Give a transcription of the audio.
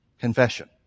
Confession